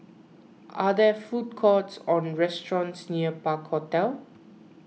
are there food courts or restaurants near Park Hotel